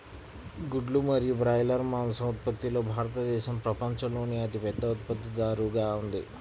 గుడ్లు మరియు బ్రాయిలర్ మాంసం ఉత్పత్తిలో భారతదేశం ప్రపంచంలోనే అతిపెద్ద ఉత్పత్తిదారుగా ఉంది